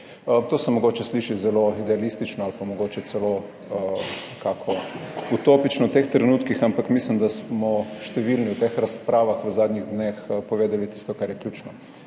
To se mogoče sliši zelo idealistično, ali pa mogoče celo nekako utopično v teh trenutkih, ampak mislim, da smo številni v teh razpravah v zadnjih dneh povedali tisto, kar je ključno.